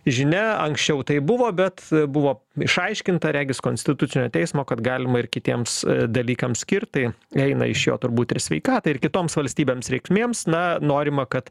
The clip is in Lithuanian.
žinia anksčiau taip buvo bet buvo išaiškinta regis konstitucinio teismo kad galima ir kitiems dalykams skirt tai eina iš jo turbūt ir sveikatai ir kitoms valstybėms reikmėms na norima kad